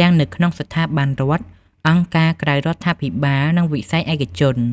ទាំងនៅក្នុងស្ថាប័នរដ្ឋ អង្គការក្រៅរដ្ឋាភិបាល និងវិស័យឯកជន។